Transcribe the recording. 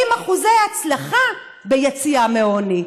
40% הצלחה ביציאה מעוני.